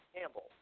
Campbell